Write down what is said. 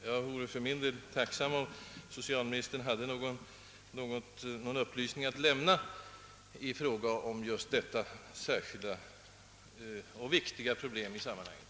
Jag vore tacksam om socialministern hade någon upplysning att lämna i fråga om just detta viktiga problem i sammanhanget.